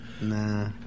Nah